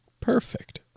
Perfect